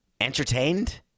entertained